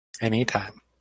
Anytime